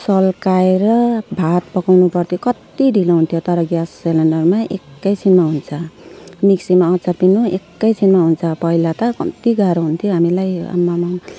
सल्काएर भात पकाउनु पर्थ्यो कति ढिलो हुन्थ्यो तर ग्यास सिलिन्डरमा एकै छिनमा हुन्छ मिक्सीमा अचार पिँध्नु एकै छिनमा हुन्छ पहिला त कम्ती गाह्रो हुन्थ्यो हामीलाई आम्ममा